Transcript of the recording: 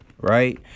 Right